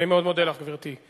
אני מאוד מודה לך, גברתי.